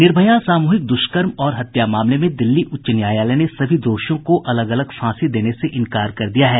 निर्भया सामूहिक दुष्कर्म और हत्या मामले में दिल्ली उच्च न्यायालय ने सभी दोषियों को अलग अलग फांसी देने से इंकार कर दिया है